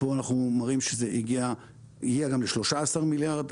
פה אנחנו מראים שזה הגיע גם ל-13 מיליארד,